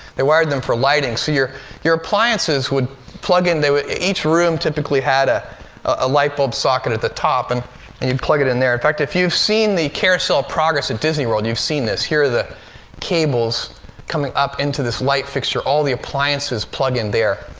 they wired them for lighting. so your your appliances would plug in. they would each room typically had a ah light bulb socket at the top. and and you'd plug it in there. in fact, if you've seen the carousel of progress at disney world, you've seen this. here are the cables coming up into this light fixture. all the appliances plug in there.